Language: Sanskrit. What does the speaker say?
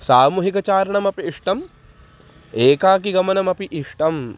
सामूहिकचारणमपि इष्टम् एकाकि गमनमपि इष्टम्